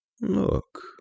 Look